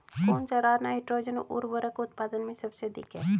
कौन सा राज नाइट्रोजन उर्वरक उत्पादन में सबसे अधिक है?